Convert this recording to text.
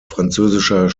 französischer